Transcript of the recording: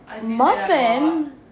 muffin